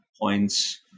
points